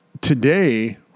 today